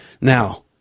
Now